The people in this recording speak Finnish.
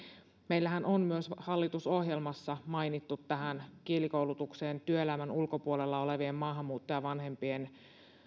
meillähän on myös hallitusohjelmassa mainittu kielikoulutukseen työelämän ulkopuolella olevien maahanmuuttajavanhempien